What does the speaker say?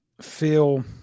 feel